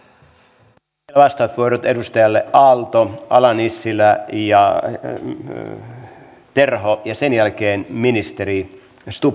myönnän vielä vastauspuheenvuorot edustajille aalto ala nissilä ja terho ja sen jälkeen ministeri stubb